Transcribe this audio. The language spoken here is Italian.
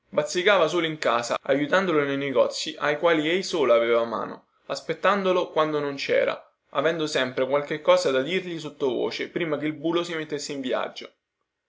bazzicava solo in casa aiutandolo nei negozi ai quali ei solo aveva mano aspettandolo quando non cera avendo sempre qualche cosa da dirgli sottovoce prima che il bulo si mettesse in viaggio